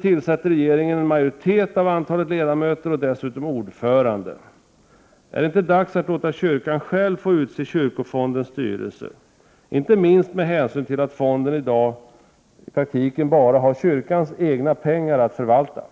tillsätter en majoritet av antalet ledamöter och dessutom ordföranden i kyrkofondens styrelse. Är det inte dags att låta kyrkan själv få utse kyrkofondens styrelse, inte minst med hänsyn till att fonden i dag i praktiken har bara kyrkans egna pengar att förvalta?